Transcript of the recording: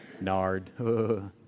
Nard